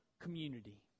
community